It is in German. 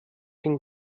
den